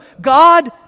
God